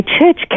church